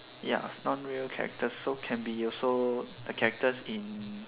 ya non real characters so can be also uh characters in